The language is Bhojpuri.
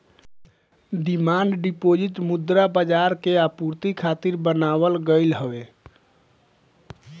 डिमांड डिपोजिट मुद्रा बाजार के आपूर्ति खातिर बनावल गईल हवे